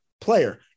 player